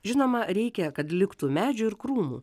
žinoma reikia kad liktų medžių ir krūmų